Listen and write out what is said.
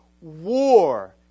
war